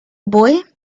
boy